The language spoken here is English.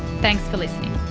thanks for listening!